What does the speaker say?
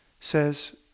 says